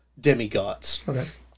demigods